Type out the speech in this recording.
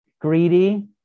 Greedy